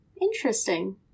Interesting